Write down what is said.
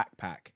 backpack